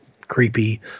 creepy